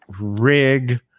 rig